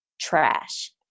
trash